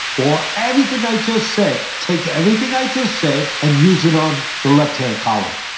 or everything i just said. take everything i just said, and use it on the left-hand column,